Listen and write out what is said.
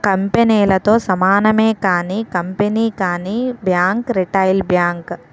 కంపెనీలతో సమానమే కానీ కంపెనీ కానీ బ్యాంక్ రిటైల్ బ్యాంక్